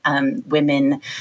women